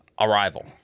Arrival